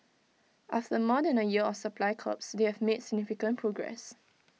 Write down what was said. after more than A year of supply curbs they have made significant progress